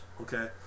okay